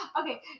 Okay